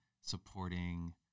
supporting